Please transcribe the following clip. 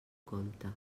compte